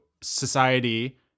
society